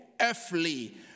earthly